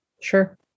Sure